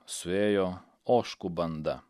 suėjo ožkų banda